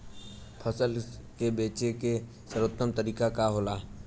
फसल के बेचे के सर्वोत्तम तरीका का होला?